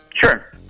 Sure